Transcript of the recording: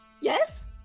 yes